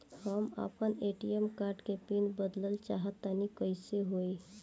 हम आपन ATM card के पीन बदलल चाहऽ तनि कइसे होई?